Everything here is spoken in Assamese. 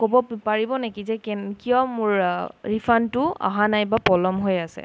ক'ব পাৰিব নেকি যে কেনে কিয় মোৰ ৰিফাণ্ডটো অহা নাই বা পলম হৈ আছে